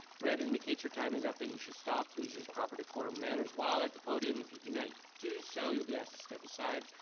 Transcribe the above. red indicates your time is up and you should stop please use proper decorum manners while at the podium. if you do not do so you'll be asked to step aside.